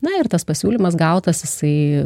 na ir tas pasiūlymas gautas jisai